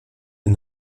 est